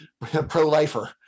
pro-lifer